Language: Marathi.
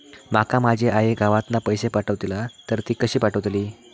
माका माझी आई गावातना पैसे पाठवतीला तर ती कशी पाठवतली?